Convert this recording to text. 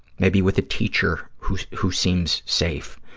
maybe with a teacher who who seems safe.